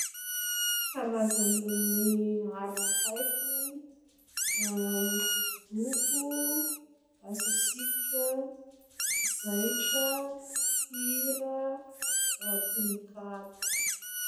Karazany art haiko: hosodoko, asa sikotra, zaitra, hira, tononkalo.